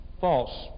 False